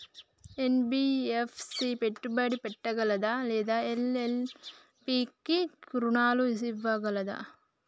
NBFC పెట్టుబడి పెట్టగలదా లేదా ఎల్.ఎల్.పి కి రుణాలు ఇవ్వగలదా?